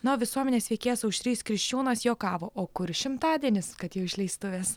na o visuomenės veikėjas aušrys kriščiūnas juokavo o kur šimtadienis kad jau išleistuvės